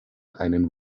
einen